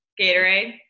Gatorade